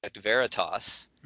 Veritas